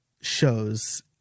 shows